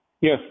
Yes